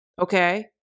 okay